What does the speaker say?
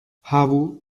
havu